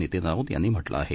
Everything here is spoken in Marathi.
नितीन राऊत यांनी म्हटलं आहे